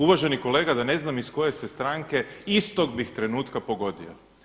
Uvaženi kolega da ne znam iz koje ste stranke istog bih trenutka pogodio.